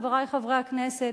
חברי חברי הכנסת,